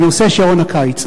בנושא שעון הקיץ.